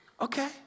Okay